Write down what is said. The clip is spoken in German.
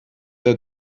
der